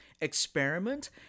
experiment